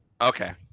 Okay